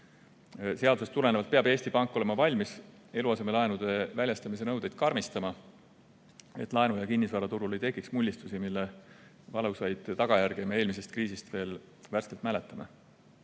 Seadusest tulenevalt peab Eesti Pank olema valmis eluasemelaenude väljastamise nõudeid karmistama, et laenu‑ ja kinnisvaraturul ei tekiks mullistusi, mille valusaid tagajärgi me eelmisest kriisist veel värskelt mäletame.